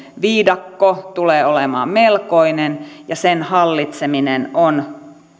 viidakko tulee olemaan melkoinen ja sen hallitseminen on